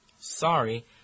Sorry